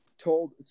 told